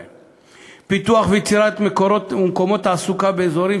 פיתוח ויצירה של מקומות תעסוקה באזורים